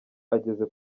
ageze